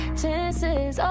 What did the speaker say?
chances